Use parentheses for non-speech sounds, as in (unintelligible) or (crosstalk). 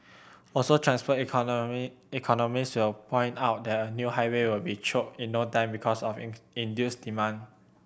also transport economy economist will point out that a new highway will be choked in no time because of (unintelligible) induced demand